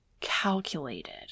calculated